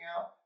out